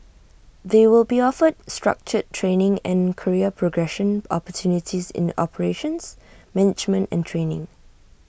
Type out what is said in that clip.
they will be offered structured training and career progression opportunities in operations management and training